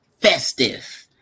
Festive